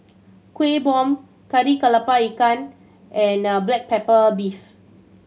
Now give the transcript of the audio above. Kueh Bom Kari Kepala Ikan and black pepper beef